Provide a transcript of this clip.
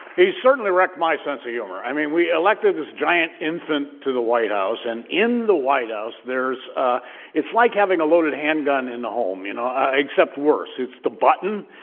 he certainly wrecked my sense of humor. i mean, we elected this giant infant to the white house, and in the white house, there's ah it's like having a loaded handgun in the home, you know, except worse. it's the button.